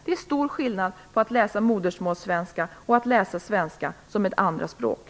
Det är stor skillnad på att läsa modersmålssvenska och att läsa svenska som ett andraspråk.